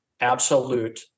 absolute